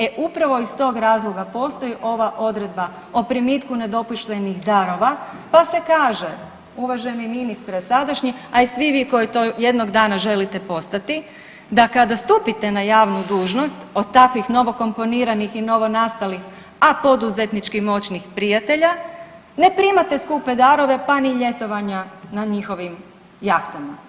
E upravo iz tog razloga postoji ova odredba o primitku nedopuštenih darova, pa se kaže uvaženi ministre sadašnji, a i svi vi koji to jednog dana želite postati, da kada stupite na javnu dužnost od takvih novokomponiranih i novonastalih, a poduzetnički moćnih prijatelja, ne primate skupe darove, pa ni ljetovanja na njihovim jahtama.